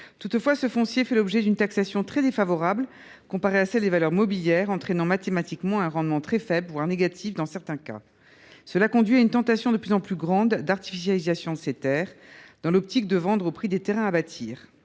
Toutefois, ce foncier fait l’objet d’une taxation très défavorable comparée à celle des valeurs mobilières, d’où, mathématiquement, un rendement très faible, voire, dans certains cas, négatif. Cela conduit à une tentation de plus en plus grande d’artificialisation de ces terres, dans l’optique de vendre au prix des terrains à bâtir.